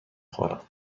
خورم